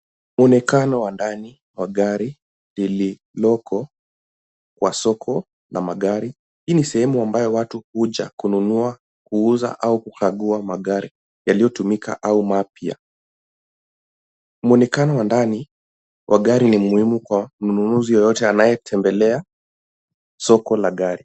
Muonekano wa ndani wa gari lililoko kwa soko la magari. Hii ni sehemu ambayo watu huja kukunua, kuuza au kukagua magari yaliotumika au mapya. Muonekano wa ndani ni mweupe mnunuzi yeyote anaetembelea soko la gari.